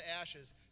ashes